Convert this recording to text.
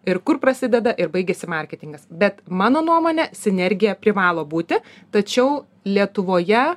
ir kur prasideda ir baigiasi marketingas bet mano nuomone sinergija privalo būti tačiau lietuvoje